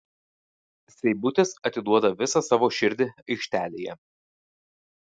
seibutis atiduoda visą savo širdį aikštelėje